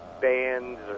bands